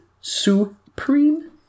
supreme